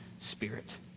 spirit